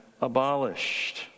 Abolished